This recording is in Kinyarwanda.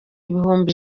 ibihumbi